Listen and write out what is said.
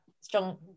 strong